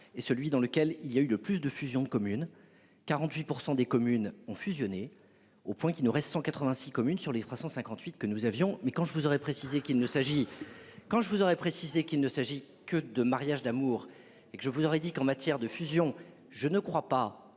et celui dans lequel il y a eu de plus de fusions de communes. 48% des communes ont fusionné au point qu'il nous reste 186 communes sur les 358 que nous avions mais quand je vous aurais précisé qu'il ne s'agit, quand je vous aurais précisé qu'il ne s'agit que de mariage d'amour et que je vous aurais dit qu'en matière de fusion, je ne crois pas